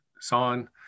sawn